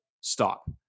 stop